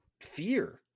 fear